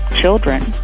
children